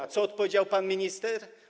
A co odpowiedział pan minister?